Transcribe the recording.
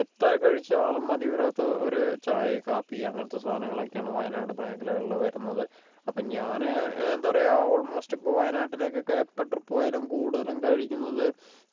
എത്ര കഴിച്ചാലും മതിവരാത്ത ഒരു ചായ കാപ്പി അങ്ങനത്തെ സാധനങ്ങൾ ഒക്കെയാണ് വയനാട് മേഖലകളിൽ വരുന്നത് അപ്പ ഞാന് എന്താ പറയാ ഓൾമോസ്റ്റ് ഇപ്പോൾ വയനാട്ടിലേക്കൊക്കെ എപ്പോൾ ട്രിപ്പ് പോയാലും കൂടുതലും കഴിക്കുന്നത്